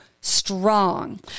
strong